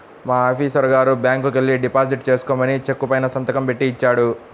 మా ఆఫీసరు గారు బ్యాంకుకెల్లి డిపాజిట్ చేసుకోమని చెక్కు పైన సంతకం బెట్టి ఇచ్చాడు